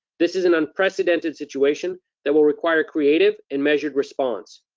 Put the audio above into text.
this is an unprecedented situation that will require creative and measured response.